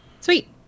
Sweet